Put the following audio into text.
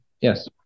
Yes